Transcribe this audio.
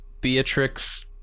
beatrix